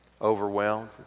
overwhelmed